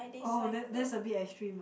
oh that that's a bit extreme ah